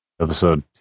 Episode